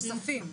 נוספים?